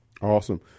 Awesome